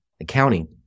accounting